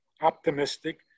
optimistic